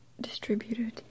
distributed